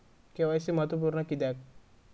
KYC महत्त्वपुर्ण किद्याक?